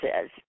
says